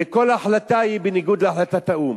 וכל החלטה היא בניגוד להחלטת האו"ם.